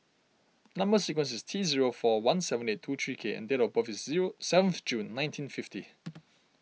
Number Sequence is T zero four one seven eight two three K and date of birth is zero seven of June nineteen fifty